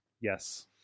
Yes